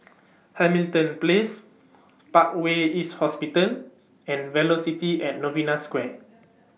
Hamilton Place Parkway East Hospital and Velocity At Novena Square